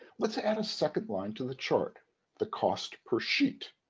let's add a second line to the chart the cost per sheet.